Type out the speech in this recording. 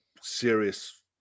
serious